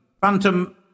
phantom